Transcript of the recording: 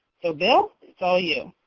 so, bill, it's all you.